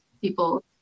people